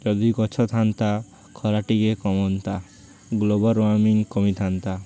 ଯଦି ଗଛ ଥାଆନ୍ତା ଖରା ଟିକେ କମନ୍ତା ଗ୍ଲୋବାଲ୍ ୱାର୍ମିଙ୍ଗ କମିଥାନ୍ତା